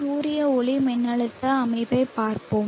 சூரிய ஒளிமின்னழுத்த அமைப்பைப் பார்ப்போம்